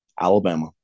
Alabama